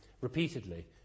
repeatedly